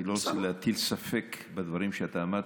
אני לא רוצה להטיל ספק בדברים שאתה אמרת.